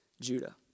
Judah